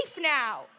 now